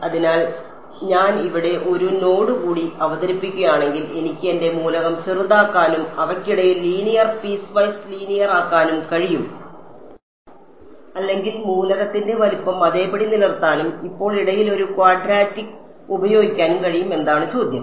അതിനാൽ ഞാൻ ഇവിടെ ഒരു നോഡ് കൂടി അവതരിപ്പിക്കുകയാണെങ്കിൽ എനിക്ക് എന്റെ മൂലകം ചെറുതാക്കാനും അവയ്ക്കിടയിൽ ലീനിയർ പീസ്വൈസ് ലീനിയർ ആക്കാനും കഴിയും അല്ലെങ്കിൽ മൂലകത്തിന്റെ വലുപ്പം അതേപടി നിലനിർത്താനും ഇപ്പോൾ ഇടയിൽ ഒരു ക്വാഡ്രാറ്റിക് ഉപയോഗിക്കാനും കഴിയും എന്നതാണ് ചോദ്യം